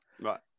right